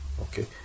okay